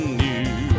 new